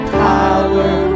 power